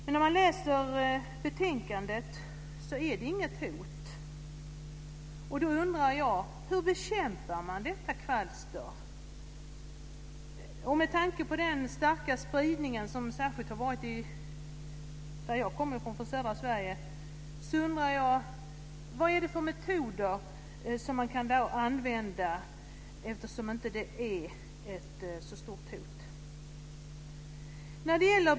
Men om man läser betänkandet ser man att det inte är något hot. Då undrar jag: Hur bekämpar man detta kvalster? Med tanke på den starka spridning som har skett i södra Sverige, som jag kommer från, undrar jag: Vad är det för metoder man kan använda, eftersom det inte är ett så stort hot?